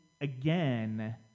again